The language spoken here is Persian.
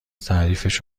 تعریف